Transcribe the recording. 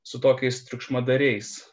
su tokiais triukšmadariais